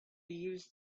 use